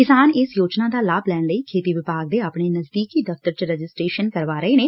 ਕਿਸਾਨ ਇਸ ਯੋਜਨਾ ਦਾ ਲਾਭ ਲੈਣ ਲਈ ਖੇਤੀ ਵਿਭਾਗ ਦੇ ਆਪਣੇ ਨਜ਼ਦੀਕੀ ਦਫ਼ਤਰ ਚ ਰਜਿਸਟਰੇਸ਼ਨ ਕਰਵਾ ਰਹੇ ਨੇ